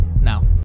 now